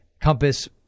Compass